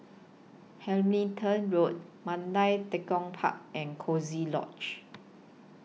Hamilton Road Mandai Tekong Park and Coziee Lodge